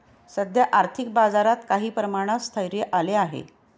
सध्या आर्थिक बाजारात काही प्रमाणात स्थैर्य आले आहे